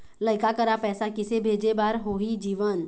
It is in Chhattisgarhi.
लइका करा पैसा किसे भेजे बार होही जीवन